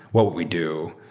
what would we do?